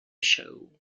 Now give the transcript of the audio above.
show